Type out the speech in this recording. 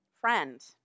friend